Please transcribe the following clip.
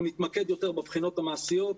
אנחנו נתמקד יותר בבחינות המעשיות,